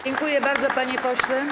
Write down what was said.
Dziękuję bardzo, panie pośle.